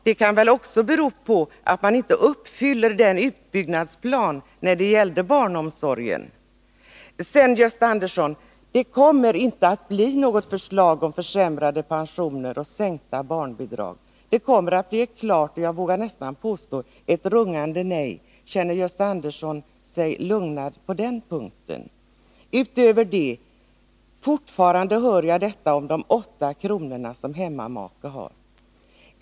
Det kan också bero på att utbyggnadsplanen när det gäller barnomsorgen inte har uppfyllts. Sedan kommer det inte att bli något förslag om försämrade pensioner och sänkta barnbidrag. Det kommer att bli ett klart — och, vågar jag påstå, rungande — nej. Känner Gösta Andersson sig lugnad på den punkten? Utöver det: Fortfarande hör jag detta om de 8 kronorna som hemmamake har.